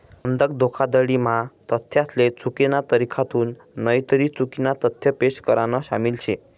बंधक धोखाधडी म्हा तथ्यासले चुकीना तरीकाथून नईतर चुकीना तथ्य पेश करान शामिल शे